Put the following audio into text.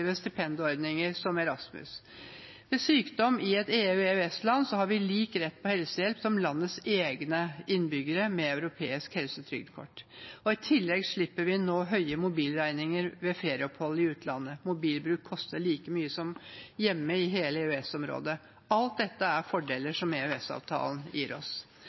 lukrative stipendordninger, som Erasmus-programmet. Ved sykdom i et EU/EØS-land har vi med Europeisk helsetrygdkort samme rett til helsehjelp som landets egne innbyggere. I tillegg slipper vi nå høye mobilregninger ved ferieopphold i utlandet. Mobilbruk koster i hele EØS-området det samme som hjemme. Alt dette er fordeler som EØS-avtalen gir oss.